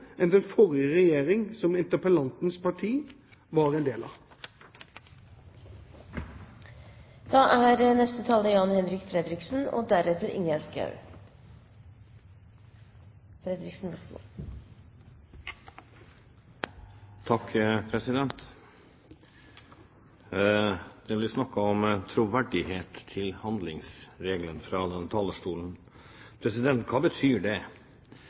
enn den forrige regjering som interpellantens parti var en del av. Det blir snakket om troverdighet med hensyn til handlingsregelen fra denne talerstolen. Hva betyr det? Betyr det at vi kan bruke 4 pst. når vi har 1 000 milliarder kr stående på bok? Betyr det